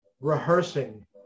rehearsing